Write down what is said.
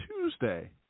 Tuesday